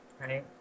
right